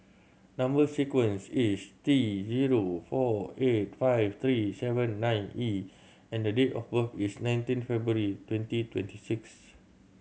number sequence is T zero four eight five three seven nine E and date of birth is nineteen February twenty twenty six